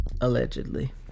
Allegedly